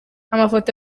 amafoto